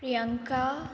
Priyanka